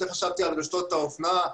יותר חשבתי על רשתות האופנה,